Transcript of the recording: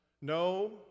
No